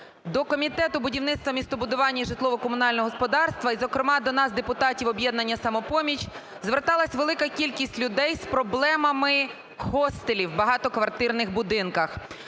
до Комітету будівництва, містобудування і житлово-комунального господарства і, зокрема, до нас, депутатів Об'єднання "Самопоміч", зверталась велика кількість людей з проблемами хостелів в багатоквартирних будинках.